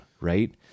right